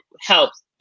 helps